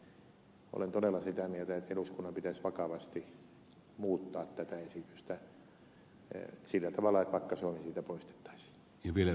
ja olen todella sitä mieltä että eduskunnan pitäisi vakavasti muuttaa tätä esitystä sillä tavalla että vakka suomi siitä poistettaisiin